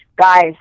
guys